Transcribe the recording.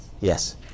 yes